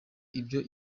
ibyo